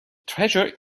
treasure